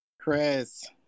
Chris